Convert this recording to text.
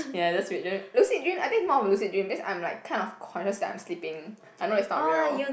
ya that's a weird dream lucid dream I think it's more of lucid dream because I'm like kind of conscious that I'm sleeping I know it's not real